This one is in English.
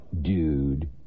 dude